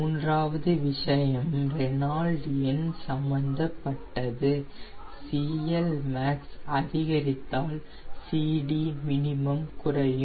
மூன்றாவது விஷயம் ரெனால்ட் எண் சம்பந்தப்பட்டது CLmax அதிகரித்தால் CDmin குறையும்